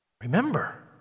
Remember